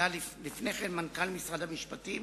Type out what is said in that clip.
שהיה לפני כן מנכ"ל משרד המשפטים,